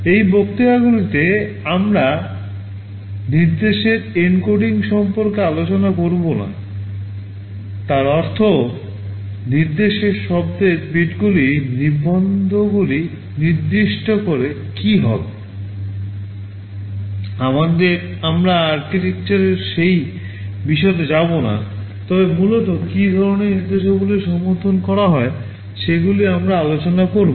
এই বক্তৃতাগুলিতে আমরা নির্দেশের এনকোডিংগুলি নিবন্ধগুলি নির্দিষ্ট করে কীভাবে আমরা আর্কিটেকচারের সেই বিশদে যাব না তবে মূলত কী ধরণের নির্দেশাবলীর সমর্থন করা হয় সেগুলি আমরা আলোচনা করব